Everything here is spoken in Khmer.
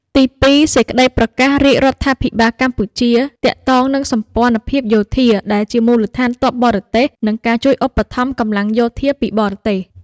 ទីពីរ សេចក្តីប្រកាសរាជរដ្ឋាភិបាលកម្ពុជា ទាក់ទងនឹងសម្ព័ន្ធភាពយោធា ដែលជាមូលដ្ឋានទ័ពបរទេស និងការជួយឧបត្ថម្ភកម្លាំងយោធាពីបរទេស។